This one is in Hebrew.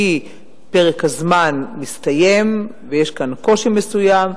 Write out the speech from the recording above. כי פרק הזמן מסתיים ויש כאן קושי מסוים.